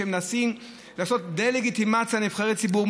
ומנסים לעשות דה-לגיטימציה לנבחרי ציבור.